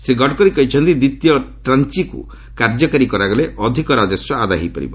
ଶ୍ରୀ ଗଡ଼କରୀ କହିଛନ୍ତି ଦ୍ୱିତୀୟ ଟ୍ରାଞ୍ଚିକୁ କାର୍ଯ୍ୟକାରୀ କରାଗଲେ ଅଧିକ ରାଜସ୍ୱ ଆଦାୟ ହୋଇପାରିବ